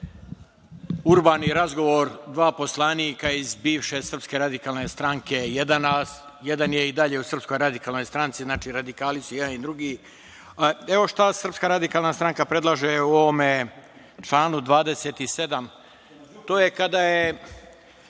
urbani razgovor dva poslanika iz bivše Srpske radikalne stranke, jedan je i dalje u Srpskoj radikalnoj stranci, znači radikali su i jedan i drugi. Evo, šta Srpska radikalna stranka predlaže u ovom članu 27. To je kada je